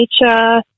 nature